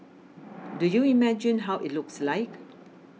do you imagine how it looks like